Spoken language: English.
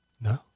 No